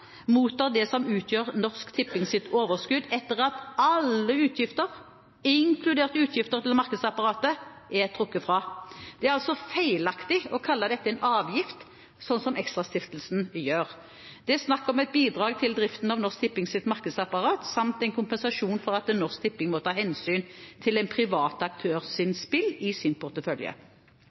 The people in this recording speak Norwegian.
mottar det som utgjør Norsk Tippings overskudd etter at alle utgifter, inkludert utgifter til markedsapparatet, er trukket fra. Det er altså feilaktig å kalle dette en avgift, slik som ExtraStiftelsen gjør. Det er snakk om et bidrag til driften av Norsk Tippings markedsapparat samt en kompensasjon for at Norsk Tipping må ta hensyn til en privat aktørs spill i sin portefølje.